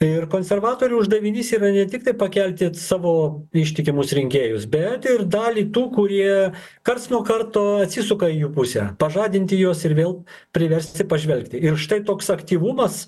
ir konservatorių uždavinys yra ne tiktai pakelti savo ištikimus rinkėjus bet ir dalį tų kurie karts nuo karto atsisuka į jų pusę pažadinti juos ir vėl priversti pažvelgti ir štai toks aktyvumas